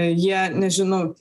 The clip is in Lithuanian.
jie nežinau